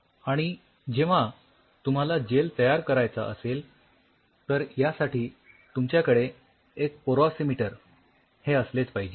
आणि जेव्हा तुम्हाला जेल तयार करायचा असेल तर यासाठी तुमच्याकडे एक पोरॉसिमीटर हे असलेच पाहिजे